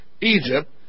Egypt